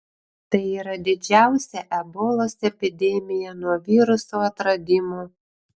tai yra didžiausia ebolos epidemija nuo viruso atradimo